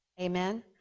Amen